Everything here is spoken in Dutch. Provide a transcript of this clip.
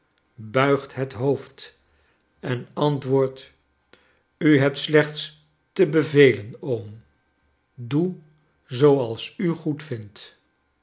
buigt liet hoofd en antwoordt u hebt slechts te bevelen oom doe zooals u